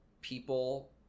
people